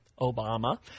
Obama